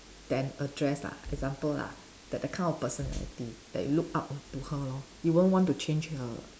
than a dress lah example lah that that kind of personality that you look up to her lor you won't want to change her